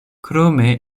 krome